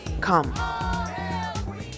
Come